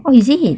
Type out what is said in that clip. oh is it